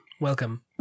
welcome